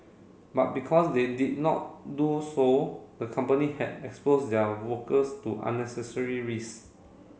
but because they did not do so the company had expose their workers to unnecessary risk